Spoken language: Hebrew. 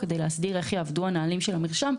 כדי להסדיר איך יעבדו הנהלים של המרשם.